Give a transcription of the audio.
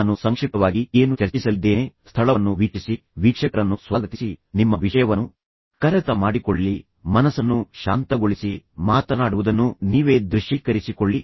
ನಾನು ಸಂಕ್ಷಿಪ್ತವಾಗಿ ಏನು ಚರ್ಚಿಸಲಿದ್ದೇನೆ ಸ್ಥಳವನ್ನು ವೀಕ್ಷಿಸಿ ವೀಕ್ಷಕರನ್ನು ಸ್ವಾಗತಿಸಿ ನಿಮ್ಮ ವಿಷಯವನ್ನು ಕರಗತ ಮಾಡಿಕೊಳ್ಳಿ ಮನಸ್ಸನ್ನು ಶಾಂತಗೊಳಿಸಿ ಮಾತನಾಡುವುದನ್ನು ನೀವೇ ದೃಶ್ಯೀಕರಿಸಿಕೊಳ್ಳಿ